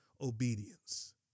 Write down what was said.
obedience